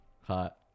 Hot